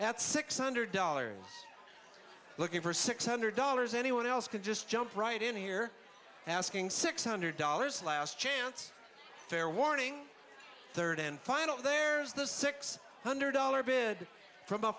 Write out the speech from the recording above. at six hundred dollars looking for six hundred dollars anyone else can just jump right in here asking six hundred dollars last chance fair warning third and final there's the six hundred dollars bid from a